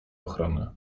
ochrony